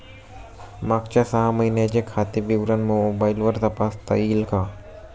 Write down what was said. मागच्या सहा महिन्यांचे खाते विवरण मोबाइलवर तपासता येईल का?